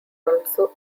also